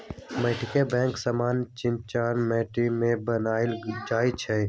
माटीके बैंक समान्य चीकनि माटि के बनायल जाइ छइ